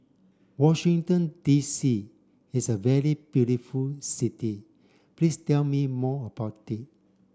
Washington D C is a very beautiful city please tell me more about it